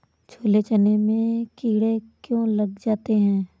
छोले चने में कीड़े क्यो लग जाते हैं?